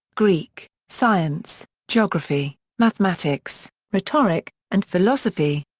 greek, science, geography, mathematics, rhetoric, and philosophy.